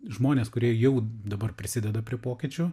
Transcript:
žmonės kurie jau dabar prisideda prie pokyčių